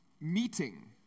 meeting